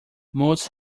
most